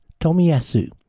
Tomiyasu